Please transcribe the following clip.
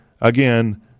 again